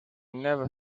never